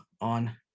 on